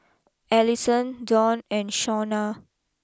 Allisson Donn and Shawna